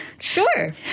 Sure